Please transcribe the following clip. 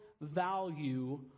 value